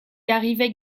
arrivait